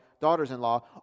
daughters-in-law